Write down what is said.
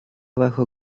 bajo